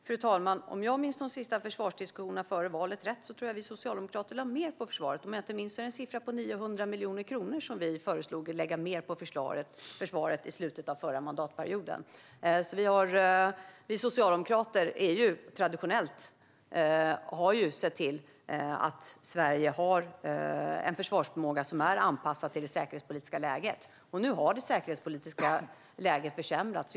Fru talman! Om jag minns de sista försvarsdiskussionerna före valet rätt tror jag att vi socialdemokrater lade mer på försvaret. Om jag inte minns fel var det en siffra på 900 miljoner kronor som vi föreslog att man skulle lägga mer på försvaret i slutet av förra mandatperioden. Vi socialdemokrater har traditionellt sett till att Sverige har en försvarsförmåga som är anpassad till det säkerhetspolitiska läget. Nu har det säkerhetspolitiska läget försämrats.